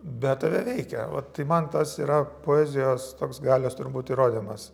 bet tave veikia vat tai man tas yra poezijos toks galios turbūt įrodymas